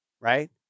right